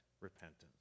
repentance